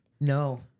No